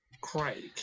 Craig